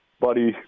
buddy